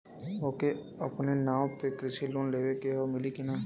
ओके अपने नाव पे कृषि लोन लेवे के हव मिली की ना ही?